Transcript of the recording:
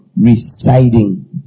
residing